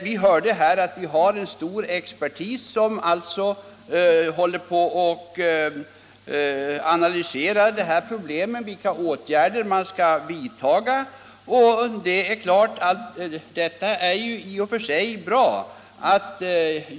Vi hörde att en mängd experter håller på att analysera de här problemen för att se vilka åtgärder man skall vidtaga, och det är naturligtvis i och för sig bra.